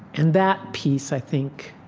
and that piece, i think,